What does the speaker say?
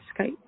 Skype